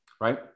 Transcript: right